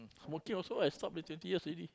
smoking also I stop twenty years already